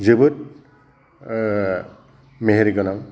जोबोद मेहेरगोनां